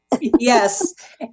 Yes